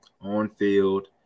on-field